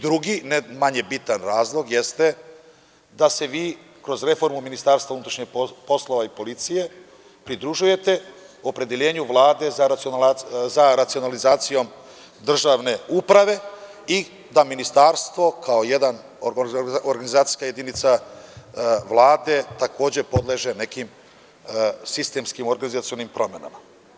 Drugi razlog, ne manje bitan, jeste da se vi kroz reformu MUP-a i policije pridružujete opredeljenju Vlade za racionalizacijom državne uprave i da Ministarstvo kao organizacijska jedinica Vlade takođe podleže nekim sistemskim organizacionim promenama.